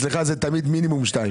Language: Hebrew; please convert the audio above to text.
אצלך זה תמיד מינימום שניים.